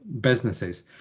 businesses